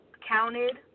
counted